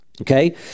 okay